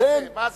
מה זה,